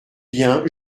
bien